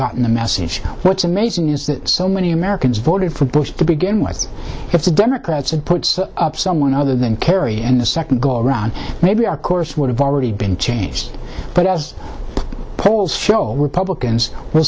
gotten the message what's amazing is that so many americans voted for bush to begin with if the democrats had put up someone other than kerry in the second go around maybe our course would have already been changed but as polls show republicans w